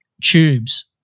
Tubes